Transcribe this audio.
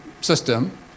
system